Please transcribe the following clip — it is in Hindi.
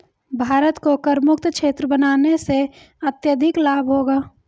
भारत को करमुक्त क्षेत्र बनाने से अत्यधिक लाभ होगा